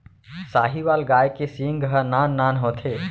साहीवाल गाय के सींग ह नान नान होथे